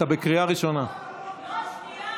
מה שמיר